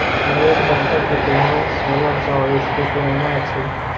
निवेश बैंकक इतिहास सोलह सौ ईस्वी पुरान अछि